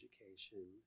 education